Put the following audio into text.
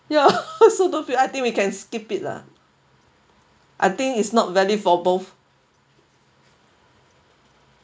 ya so don't I think we can skip it lah I think is not valid for both